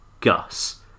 Gus